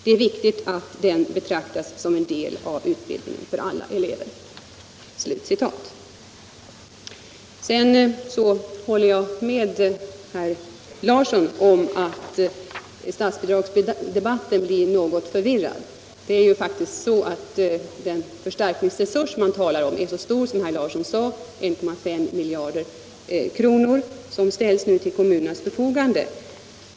Det är viktigt att den betraktas som en del av utbildningen för alla elever.” Jag håller med herr Larsson i Staffanstorp om att statsbidragsdebatten blivit något förvirrad. Det är faktiskt så att den förstärkningsresurs som ställs till kommunernas förfogande är så stor som herr Larsson angav, nämligen 1,5 miljarder.